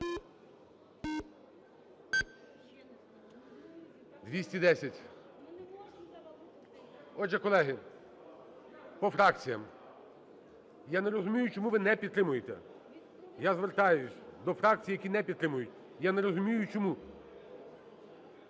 За-210 Отже, колеги, по фракціям. Я не розумію, чому ви не підтримуєте. Я звертаюсь до фракцій, які не підтримують: я не розумію, чому?